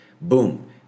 boom